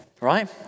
Right